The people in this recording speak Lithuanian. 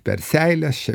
per seiles čia